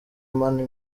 mani